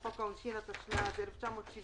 לחוק העונשין, התשל"ז-1977,